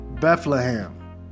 Bethlehem